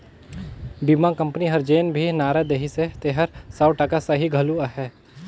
बीमा कंपनी हर जेन भी नारा देहिसे तेहर सौ टका सही घलो अहे